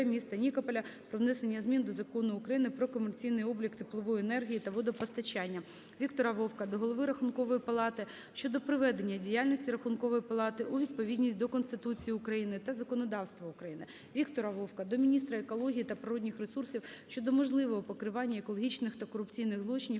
міста Нікополя про внесення змін до Закону України "Про комерційний облік теплової енергії та водопостачання". Віктора Вовка до голови Рахункової палати щодо приведення діяльності Рахункової палати у відповідність до Конституції України та законодавства України. Віктора Вовка до міністра екології та природних ресурсів щодо можливого покривання екологічних та корупційних злочинів